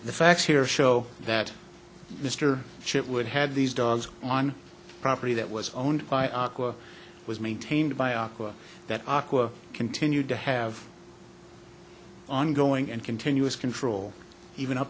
the facts here show that mr chip would had these dogs on a property that was owned by aqua was maintained by aqua that aqua continued to have ongoing and continuous control even up